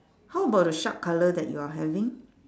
how about the shark colour that you are having